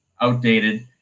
outdated